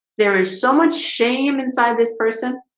there is so much shame inside this person